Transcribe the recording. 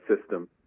system